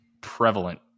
prevalent